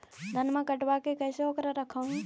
धनमा कटबाकार कैसे उकरा रख हू?